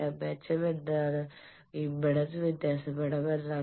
മെച്ചം എന്തെന്നാൽ ഇംപെഡൻസ് വ്യത്യാസപ്പെടാം എന്നർത്ഥം